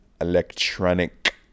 electronic